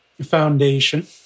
foundation